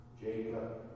Jacob